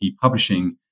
publishing